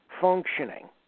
functioning